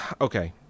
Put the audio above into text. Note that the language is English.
Okay